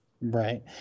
Right